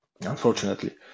Unfortunately